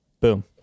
boom